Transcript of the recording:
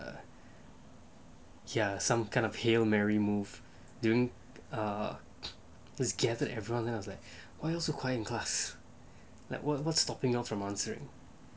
err ya some kind of hail mary move during err is gathered everyone then I was like why you so quiet in class like what's stopping you from answering